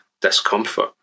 discomfort